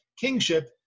kingship